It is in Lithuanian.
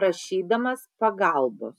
prašydamas pagalbos